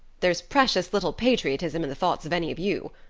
there's precious little patriotism in the thoughts of any of you.